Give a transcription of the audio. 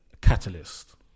catalyst